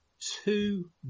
two